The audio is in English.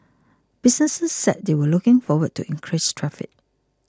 businesses said they were looking forward to increased traffic